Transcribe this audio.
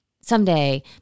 someday